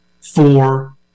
four